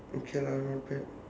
okay lah not bad